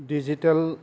digital